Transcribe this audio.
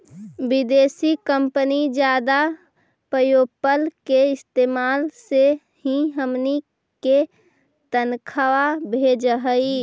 विदेशी कंपनी जादा पयेपल के इस्तेमाल से ही हमनी के तनख्वा भेजऽ हइ